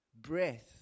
breath